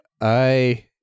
I-